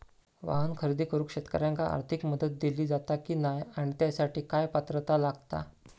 वाहन खरेदी करूक शेतकऱ्यांका आर्थिक मदत दिली जाता की नाय आणि त्यासाठी काय पात्रता लागता?